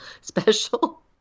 special